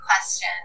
question